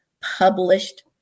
published